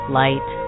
light